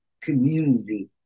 community